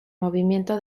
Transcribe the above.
movimiento